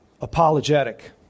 apologetic